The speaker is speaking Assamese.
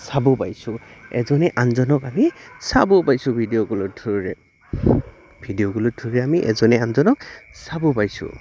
চাব পাইছোঁ এজনে আনজনক আমি চাব পাইছোঁ ভিডিঅ' কলৰ থ্ৰুৰে ভিডিঅ' কলৰ থ্ৰুৰে আমি এজনে আনজনক চাব পাইছোঁ